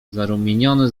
zarumieniony